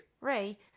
Ray